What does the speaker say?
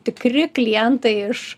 tikri klientai iš